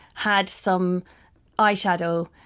had some eyeshadow,